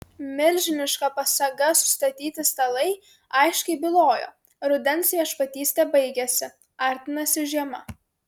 milžiniška pasaga sustatyti stalai aiškiai bylojo rudens viešpatystė baigiasi artinasi žiema